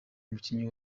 umukinnyi